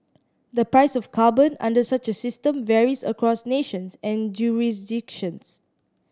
the price of carbon under such a system varies across nations and jurisdictions